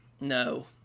No